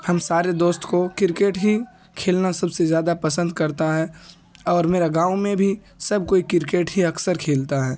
ہم سارے دوست کو کرکٹ ہی کھیلنا سب سے زیادہ پسند کرتا ہے اور میرا گاؤں میں بھی سب کوئی کرکٹ ہی اکثر کھیلتا ہے